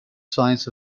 signs